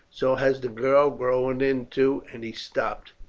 so has the girl grown into and he stopped.